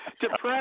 Depressed